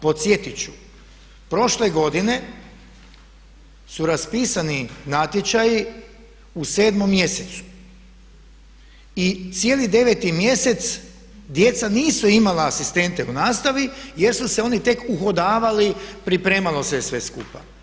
Podsjetit ću, prošle godine su raspisani natječaji u sedmom mjesecu i cijeli deveti mjesec djeca nisu imala asistente u nastavi jer su se oni tek uhodavali, pripremalo se je sve skupa.